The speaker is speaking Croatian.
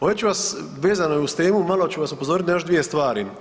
Ovdje ću vas, vezano uz temu malo ću vas upozoriti na još dvije stvari.